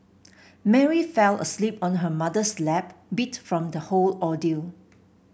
Mary fell asleep on her mother's lap beat from the whole ordeal